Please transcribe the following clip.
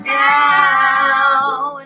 down